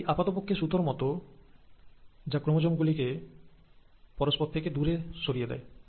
এটি আপাত পক্ষে সুতোর মতো যা ক্রোমোজোম গুলিকে পরস্পর থেকে দূরে সরিয়ে দেয়